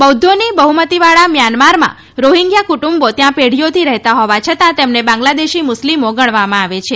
બૌદ્ધોની બહ્મતીવાળા મ્યાન્મારમાં રોહિંગ્યા કુટુંબો ત્યાં પેઢીઓથી રહેતા હોવા છતાં તેમને બાંગ્લાદેશી મુસ્લિમો ગણવામાં આવે છે